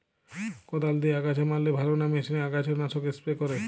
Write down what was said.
কদাল দিয়ে আগাছা মারলে ভালো না মেশিনে আগাছা নাশক স্প্রে করে?